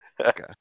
Okay